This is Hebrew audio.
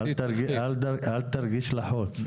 אל תרגיש לחוץ.